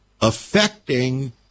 affecting